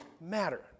matter